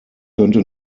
könnte